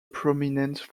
prominent